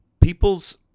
People's